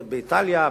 באיטליה,